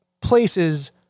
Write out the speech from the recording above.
places